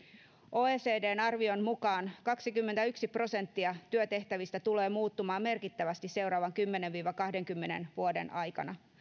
oecdn arvion mukaan kaksikymmentäyksi prosenttia työtehtävistä tulee muuttumaan merkittävästi seuraavan kymmenen viiva kahdenkymmenen vuoden aikana